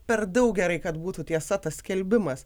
per daug gerai kad būtų tiesa tas skelbimas